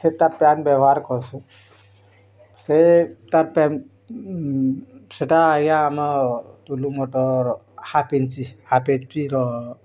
ସେତା ତା' ପାନ୍ ବ୍ୟବହାର୍ କର୍ସୁଁ ସେ ତା' ପାନ୍ ସେଟା ଆଜ୍ଞା ଆମର୍ ଟୁଲୁ ମଟର୍ ହାପ୍ ଇଞ୍ଚ ହାପ୍ ଏଚ୍ପିର